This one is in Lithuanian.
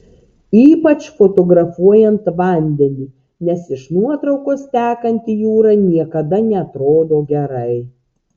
ypač fotografuojant vandenį nes iš nuotraukos tekanti jūra niekada neatrodo gerai